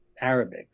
Arabic